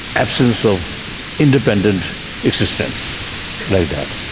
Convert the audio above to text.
absence of independent existence like that.